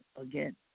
again